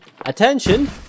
Attention